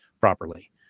properly